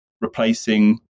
replacing